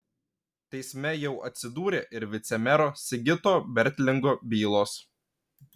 teisme jau atsidūrė ir vicemero sigito bertlingo bylos